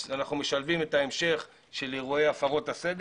אז אנחנו משלבים את ההמשך של אירועי הפרות הסדר